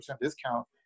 discount